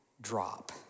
drop